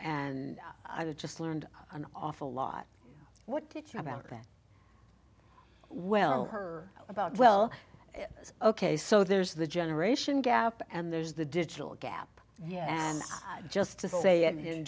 and i just learned an awful lot what did you about that well her about well ok so there's the generation gap and there's the digital gap yeah and just to say